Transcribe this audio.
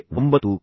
ಮತ್ತೆ 9